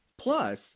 Plus